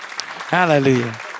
hallelujah